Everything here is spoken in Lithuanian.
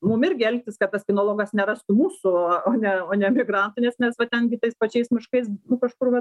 mum ir elgtis kad tas kinologas nerastų mūsų o ne o ne migrantų nes nes va ten gi tais pačiais miškais kažkur va